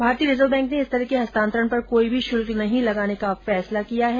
भारतीय reserve bank ने इस तरह के हस्तांतरण पर कोई भी शुल्क नहीं लगाने का फैसला किया है